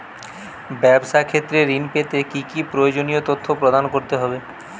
ব্যাবসা ক্ষেত্রে ঋণ পেতে কি কি প্রয়োজনীয় তথ্য প্রদান করতে হবে?